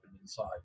inside